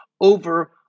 over